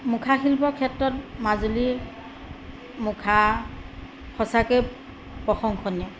মুখা শিল্পৰ ক্ষেত্ৰত মাজুলীৰ মুখা সঁচাকৈ প্ৰশংসনীয়